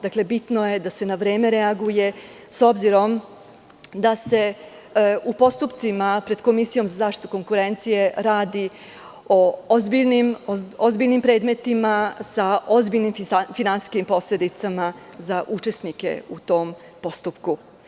Dakle, bitno je da se na vreme reaguje, s obzirom da se u postupcima pred Komisijom za zaštitu konkurencije radi o ozbiljnim predmetima, sa ozbiljnim finansijskim posledicama za učesnike u tom postupku.